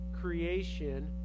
creation